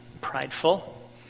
prideful